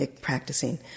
practicing